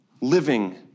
living